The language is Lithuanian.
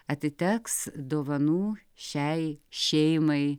atiteks dovanų šiai šeimai